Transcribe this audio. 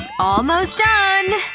almost done,